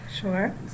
Sure